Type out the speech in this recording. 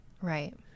right